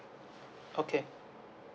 okay